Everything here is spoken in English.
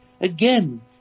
again